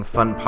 Fun